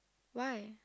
why